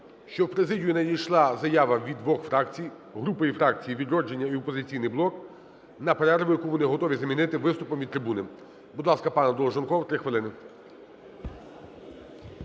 що у президію надійшла заява від двох фракцій, групи і фракції – "Відродження" і "Опозиційний блок" на перерву, яку вони готові замінити виступом від трибуни. Будь ласка, пане Долженков, 3 хвилини.